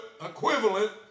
equivalent